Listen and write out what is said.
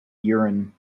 urine